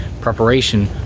Preparation